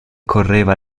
correva